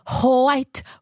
white